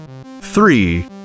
three